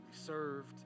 served